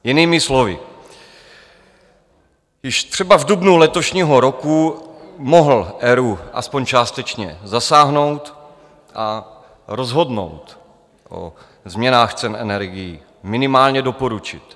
Jinými slovy, již třeba v dubnu letošního roku mohl ERÚ aspoň částečně zasáhnout a rozhodnout o změnách cen energií, minimálně doporučit.